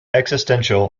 existential